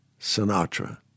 Sinatra